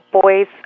boys